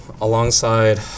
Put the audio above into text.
alongside